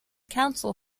council